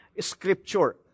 scripture